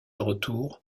retour